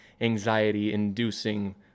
anxiety-inducing